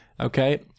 okay